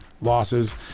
losses